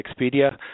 Expedia